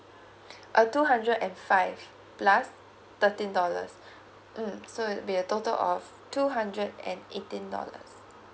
uh two hundred and five plus thirteen dollars mm so it will be a total of two hundred and eighteen dollars